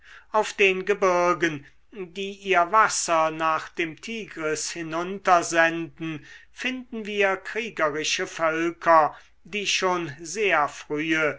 auf den gebirgen die ihr wasser nach dem tigris hinuntersenden finden wir kriegerische völker die schon sehr frühe